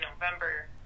November